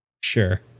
sure